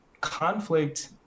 conflict